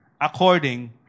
according